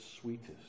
sweetest